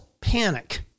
panic